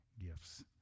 gifts